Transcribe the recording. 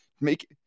make